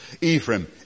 Ephraim